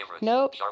nope